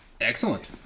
Excellent